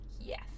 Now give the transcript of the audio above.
yes